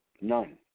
None